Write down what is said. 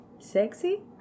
Sexy